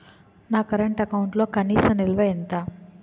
నా కరెంట్ అకౌంట్లో కనీస నిల్వ ఎంత?